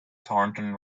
thornton